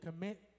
commit